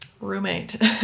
roommate